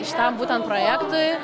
šitam būtent projektui